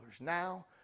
Now